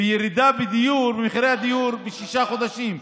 וירידה במחירי הדיור בשישה חודשים.